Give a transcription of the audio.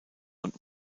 und